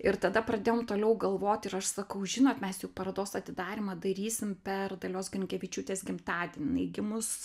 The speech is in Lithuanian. ir tada pradėjom toliau galvot ir aš sakau žinot mes juk parodos atidarymą darysim per dalios grinkevičiūtės gimtadienį jinai gimus